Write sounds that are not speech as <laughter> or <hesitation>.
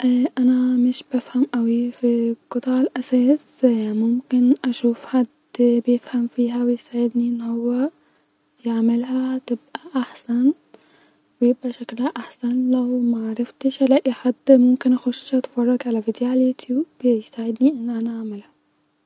انا <hesitation> مش بفهم اوي في قطع الاساس ممكن اشوف حد بيفهم فيها ويساعدني فيها ان هو يعملها تبقي احسن-يبقي شكلها احسن-لو معرفتش اللاقي حد-ممكن اخش اتفرج علي فديوهات علي اليوتيوب يساعدني ان انا اعملها